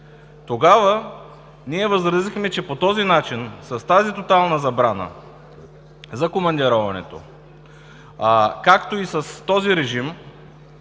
Тогава ние възразихме, че по този начин, с тази тотална забрана за командироването, а както и с този режим